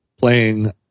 playing